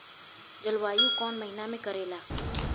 जलवायु कौन महीना में करेला?